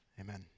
amen